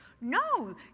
no